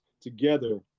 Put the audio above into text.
together